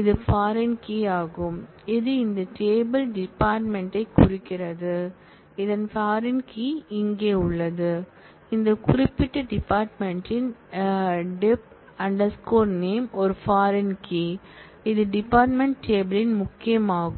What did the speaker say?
இது foreign key யாகும் இது இந்த டேபிள் டிபார்ட்மென்ட் குறிக்கிறது இதன் பாரின் கீ இங்கே உள்ளது இந்த குறிப்பிட்ட டிபார்ட்மென்ட் யின் dep name ஒரு பாரின் கீ இது டிபார்ட்மென்ட் டேபிள் யின் முக்கியமாகும்